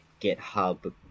GitHub